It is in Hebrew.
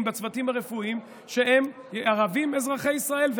בצוותים הרפואיים שהם ערבים אזרחי ישראל,